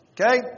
Okay